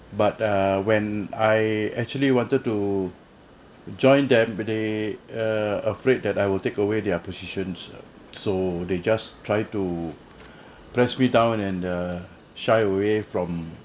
but err when I actually wanted to join them but they err afraid that I will take away their positions so they just try to press me down and err shy away from